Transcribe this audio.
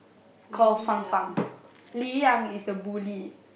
call Fang Fang Lin Yi Yang is the bully